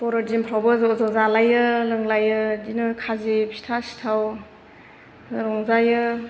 बर'दिनफ्रावबो ज' ज' जालायो लोंलायो बिदिनो खाजि फिथा सिथाव रंजायो